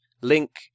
Link